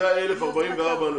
זה ה-1,044 אנשים.